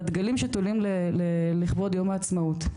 בדגלים שתולים לכבוד יום העצמאות,